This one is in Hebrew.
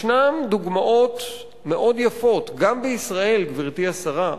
ישנן דוגמאות מאוד יפות, גם בישראל, גברתי השרה,